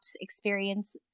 experience